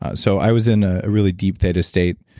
ah so i was in a really deep theta state.